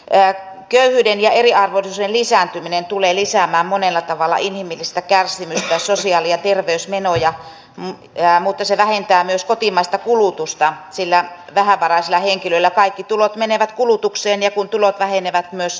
köyhyyden ja eriarvoisuuden lisääntyminen tulee lisäämään monella tavalla inhimillistä kärsimystä ja sosiaali ja terveysmenoja mutta se vähentää myös kotimaista kulutusta sillä vähävaraisilla henkilöillä kaikki tulot menevät kulutukseen ja kun tulot vähenevät myös ostovoima heikkenee